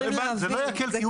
זה לא יקל.